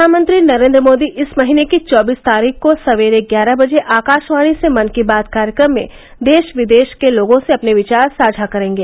प्रधानमंत्री नरेन्द्र मोदी इस महीने की चौबीस तारीख को सवेरे ग्यारह बजे आकाशवाणी से मन की बात कार्यक्रम में देश विदेश के लोगों से अपने विचार साझा करेंगे